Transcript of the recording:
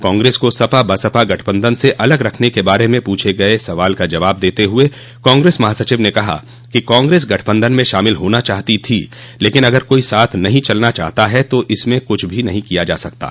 कांग्रेस को सपा बसपा गठबंधन से अलग रखने के बारे में पूछे गये सवाल का जवाब देते हुए कांग्रेस महासचिव ने कहा कि कांग्रेस गठबंधन में शामिल होना चाहती थी लेकिन अगर कोई साथ नहीं चलना चाहता है तो इसमें कुछ नहीं किया जा सकता है